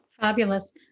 Fabulous